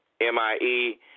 M-I-E